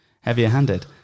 heavier-handed